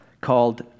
called